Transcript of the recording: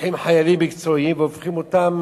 שלוקחים חיילים מקצועיים והופכים אותם,